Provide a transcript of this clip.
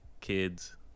kids